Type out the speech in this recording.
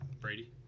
Brady